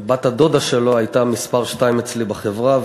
בת-הדודה שלו הייתה מספר שתיים אצלי בחברה,